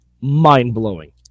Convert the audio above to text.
mind-blowing